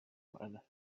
man